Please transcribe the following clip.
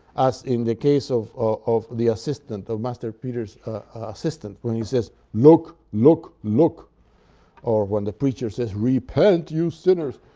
as in the case of of the assistant, of master peter's assistant, when he says, look, look, look or when the preacher says, repent you sinners,